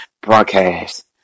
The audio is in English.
broadcast